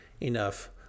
enough